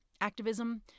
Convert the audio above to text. activism